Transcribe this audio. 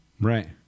right